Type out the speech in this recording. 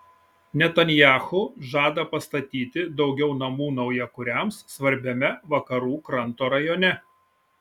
netanyahu žada pastatyti daugiau namų naujakuriams svarbiame vakarų kranto rajone